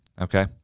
Okay